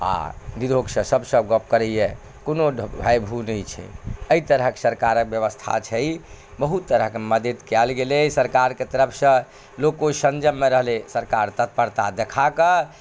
आ निरोगसँ सबसँ गप करैया कोनो भय भू नहि छै एहि तरहक सरकारक व्यवस्था छै बहुत तरहक मदद कयल गेलै सरकारके तरफसँ लोक ओहि संजममे रहलै सरकार तत्परता देखा कऽ